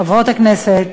חברות הכנסת,